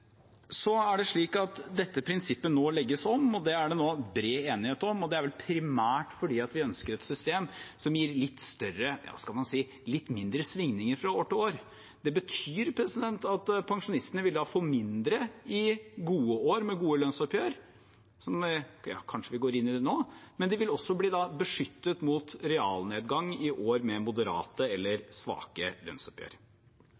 Dette prinsippet legges nå om, det er det nå bred enighet om. Det er primært fordi vi ønsker et system som gir litt mindre svingninger fra år til år. Det betyr at pensjonistene da vil få mindre i gode år med gode lønnsoppgjør, som vi kanskje går inn i nå, men de vil bli beskyttet mot realnedgang i år med moderate